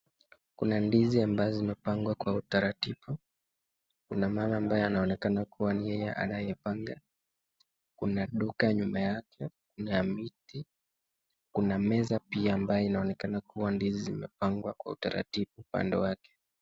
Kuna ndizi ambazo zimepangwa kwa utaratibu ,kuna mama ambaye anaonekana kuwa ni yeye anayepanga, kuna duka nyuma yake ile ya miti, kuna meza pia ambaye inaonekana ndizi zimepangwa kwa utaratibu upande wake.